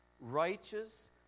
righteous